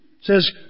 says